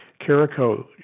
Carico